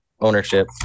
ownership